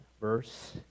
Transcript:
verse